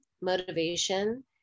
motivation